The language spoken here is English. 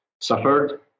suffered